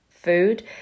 food